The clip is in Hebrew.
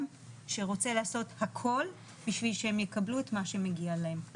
שרוצה לעשות הכול בשביל שהם יקבלו את מה שמגיע להם.